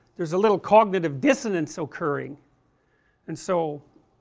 there is a little cognitive dissonance occurring and so,